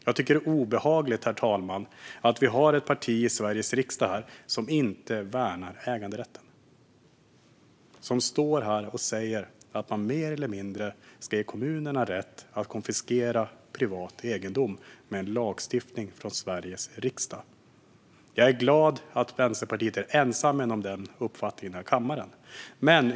Jag tycker att det är obehagligt, herr talman, att vi har ett parti i Sveriges riksdag som inte värnar äganderätten och som står här och säger att man mer eller mindre ska ge kommunerna rätt att konfiskera privat egendom med en lagstiftning från Sveriges riksdag. Jag är glad över att Vänsterpartiet är ensamt om den uppfattningen här i kammaren.